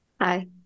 Hi